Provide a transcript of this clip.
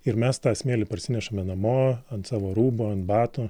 ir mes tą smėlį parsinešame namo ant savo rūbų ant batų